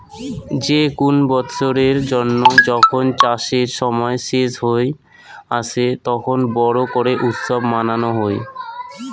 যে কুন বৎসরের জন্য যখন চাষের সময় শেষ হই আসে, তখন বড় করে উৎসব মানানো হই